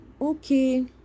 okay